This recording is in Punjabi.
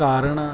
ਕਾਰਨ ਆ